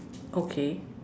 okay